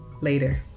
Later